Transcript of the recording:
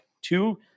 two